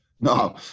No